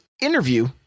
interview